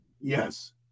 Yes